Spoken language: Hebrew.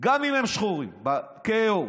גם אם הם שחורים, כהי עור.